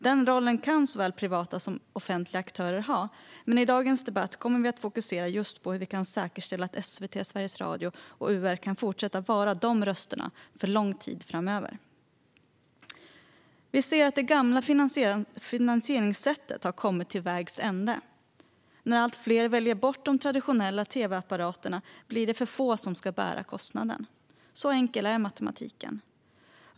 Den rollen kan såväl privata som offentliga aktörer ha, men i dagens debatt kommer vi att fokusera på hur vi kan säkerställa att just SVT, Sveriges Radio och UR kan fortsätta vara de rösterna för lång tid framöver. Det gamla finansieringssättet har kommit till vägs ände. När allt fler väljer bort den traditionella tv-apparaten blir det för få som ska bära kostnaden. Så enkel är matematiken.